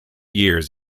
years